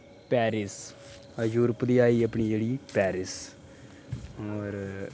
Paris Europe दी आई अपनी जेह्ड़ी पेरिस होर